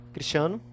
Cristiano